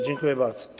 Dziękuję bardzo.